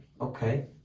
okay